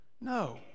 no